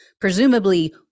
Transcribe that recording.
presumably